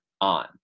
on